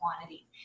quantity